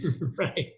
Right